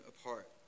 apart